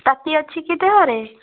ତାତି ଅଛି କି ଦେହରେ